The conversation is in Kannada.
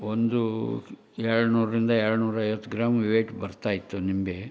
ಒಂದು ಎರಡು ನೂರರಿಂದ ಎರಡು ನೂರೈವತ್ತು ಗ್ರಾಂ ವೈಟ್ ಬರ್ತಾಯಿತ್ತು ನಿಂಬೆ